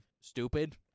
stupid